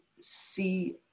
see